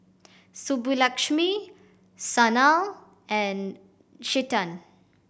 Subbulakshmi Sanal and Chetan